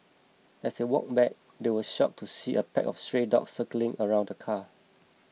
as they walked back they were shocked to see a pack of stray dogs circling around the car